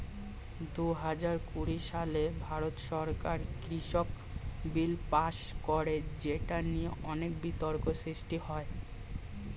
দুহাজার কুড়ি সালে ভারত সরকার কৃষক বিল পাস করে যেটা নিয়ে অনেক বিতর্ক সৃষ্টি হয়